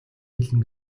хэлнэ